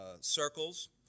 circles